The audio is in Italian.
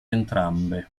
entrambe